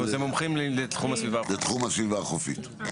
מומחים לתחום הסביבה החופית.